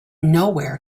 nowhere